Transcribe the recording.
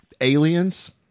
aliens